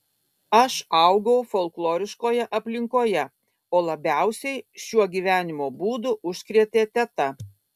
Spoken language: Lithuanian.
aš augau folkloriškoje aplinkoje o labiausiai šiuo gyvenimo būdu užkrėtė teta